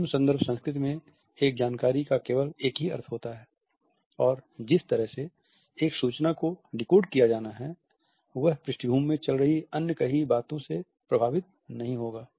निम्न संदर्भ संस्कृति में एक जानकारी का केवल एक ही अर्थ होता है और जिस तरह से एक सूचना को डिकोड किया जाना है वह पृष्ठभूमि में चाल रही अन्य अन कही बातों से प्रभावित नहीं होगा